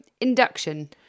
Induction